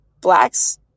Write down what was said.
blacks